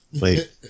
Wait